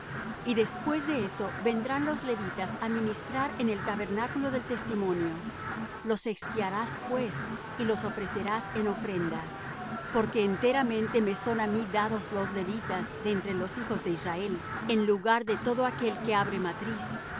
y después de eso vendrán los levitas á ministrar en el tabernáculo del testimonio los expiarás pues y los ofrecerás en ofrenda porque enteramente me son á mí dados los levitas de entre los hijos de israel en lugar de todo aquel que abre matriz